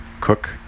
cook